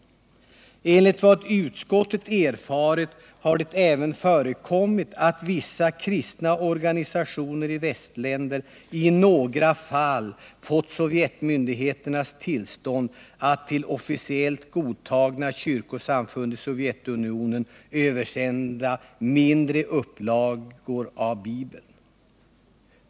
Enligt vad utskottet erfarit har det även förekommit att vissa kristna organisationer i västländer i några fall fått sovjetmyndigheternas tillstånd att till officiellt godtagna kyrkosamfund i Sovjetunionen översända mindre upplagor av bibeln.